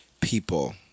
people